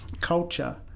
culture